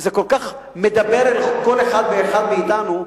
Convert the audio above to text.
מדבר לכל אחד ואחד מאתנו.